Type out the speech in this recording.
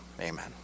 Amen